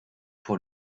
pour